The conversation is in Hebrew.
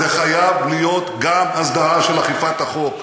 זה חייב להיות גם הסדרה של אכיפת החוק.